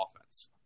offense